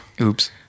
Oops